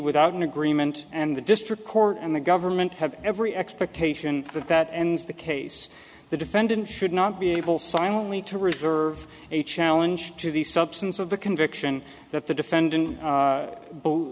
without an agreement and the district court and the government have every expectation that that ends the case the defendant should not be able silently to reserve a challenge to the substance of the conviction that the defendant